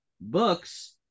Books